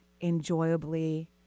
enjoyably